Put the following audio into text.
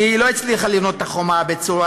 כי היא לא הצליחה לבנות את החומה הבצורה